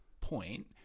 point